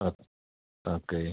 ആ ഓക്കേ